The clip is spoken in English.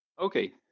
okay